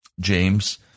James